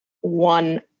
one